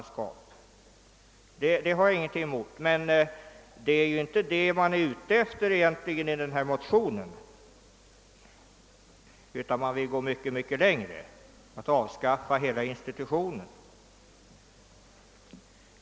Men det är ju inte det man åsyftar med motionen utan man vill gå mycket längre, nämligen avskaffa hela institutionen.